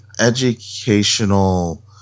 educational